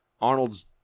Arnold's